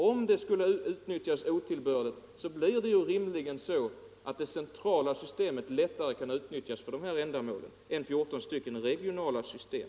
Vidare måste det rimligtvis vara lättare att otillbörligt utnyttja ett centralt system än 14 - Nr 96